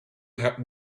happen